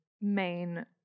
main